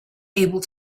able